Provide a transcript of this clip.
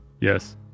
Yes